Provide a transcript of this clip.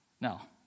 Now